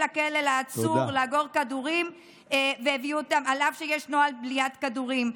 הכלא לעצור לאגור כדורים אף שיש נוהל בליעת כדורים.